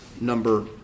number